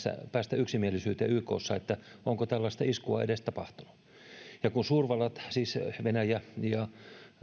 päästä yksimielisyyteen tästäkään onko tällaista iskua edes tapahtunut ja kun suurvallat siis venäjä ja